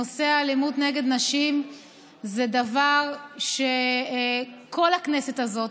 נושא האלימות נגד נשים זה דבר שכל הכנסת הזאת,